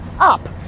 up